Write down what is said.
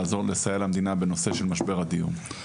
לסייע למדינה בנושא של משבר הדיור.